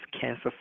cancer